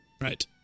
right